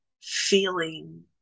feeling